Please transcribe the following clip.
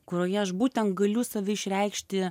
kurioje aš būtent galiu save išreikšti